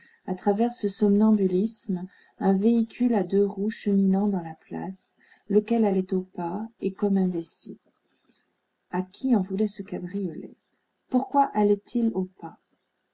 à travers ce somnambulisme un véhicule à deux roues cheminant dans la place lequel allait au pas et comme indécis à qui en voulait ce cabriolet pourquoi allait-il au pas